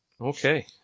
Okay